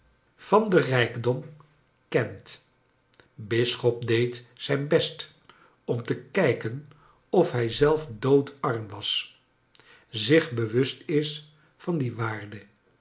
van chakles dickens den rijkdom kent bisschop deed zijn best om te kijken of hij zelf doodarm was zich bewust is van die waarde